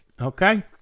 Okay